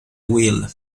will